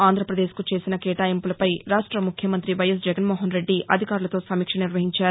ఆంధ్రపదేశ్ కు చేసిన కేటాయింపులపై రాష్ట్ల ముఖ్యమంత్రి వైఎస్ జగన్మోహన్రెడ్డి అధికారులతో సమీక్ష నిర్వహించారు